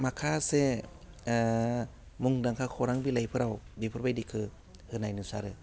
माखासे मुंदांखा खौरां बिलाइफोराव बिफोरबायदिखो होनाय नुसारो